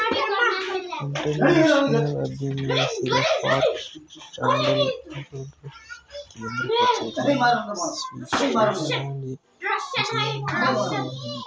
international ಅಭಿನಯಿಸಿದ for standardization ಕೇಂದ್ರ ಕಚೇರಿ ಸ್ವಿಡ್ಜರ್ಲ್ಯಾಂಡ್ ಜಿನೀವಾದಲ್ಲಿದೆ